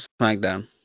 SmackDown